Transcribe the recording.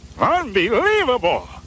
Unbelievable